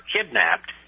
kidnapped